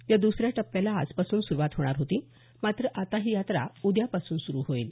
या द्सऱ्या टप्प्याला आजपासून सुरुवात होणार होती मात्र आता ही यात्रा उद्यापासून सुरु होईल